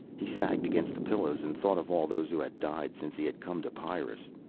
he sagged against the pillows and thought of all those who had died since he had come to pyrrus.